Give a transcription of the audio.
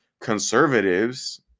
conservatives